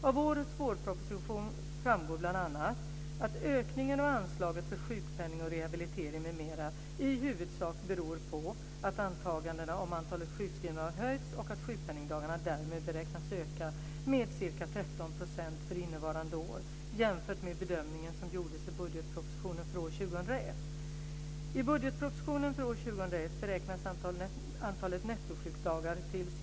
Av årets vårproposition framgår bl.a. att ökningen av anslaget för sjukpenning och rehabilitering m.m. i huvudsak beror på att antagandena om antalet sjukskrivna har höjts och att sjukpenningdagarna därmed beräknas öka med ca 13 % för innevarande år jämfört med bedömningen som gjordes i budgetpropositionen för år 2001.